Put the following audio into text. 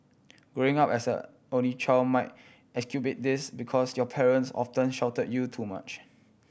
growing up as an only child might exacerbate this because your parents often shelter you too much